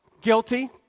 guilty